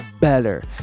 better